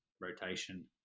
rotation